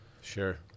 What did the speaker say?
Sure